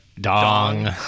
dong